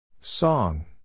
Song